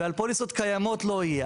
ועל פוליסות קיימות לא יהיה.